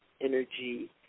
energy